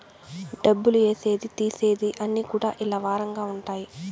డబ్బులు ఏసేది తీసేది అన్ని కూడా ఇలా వారంగా ఉంటాయి